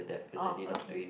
oh okay